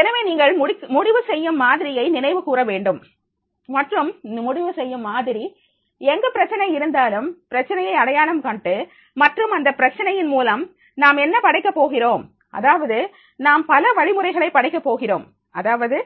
எனவே நீங்கள் முடிவு செய்யும் மாதிரியை நினைவு கூற வேண்டும் மற்றும் முடிவுசெய்யும் மாதிரி எங்கு பிரச்சினை இருந்தாலும் பிரச்சனையை அடையாளம் கண்டு மற்றும் அந்தப் பிரச்சினையின் மூலம் நாம் என்ன படைக்கப் போகிறோம் அதாவது நாம் பல வழிமுறைகளை படைக்கப் போகிறோம் அதாவது